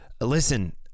Listen